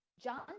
John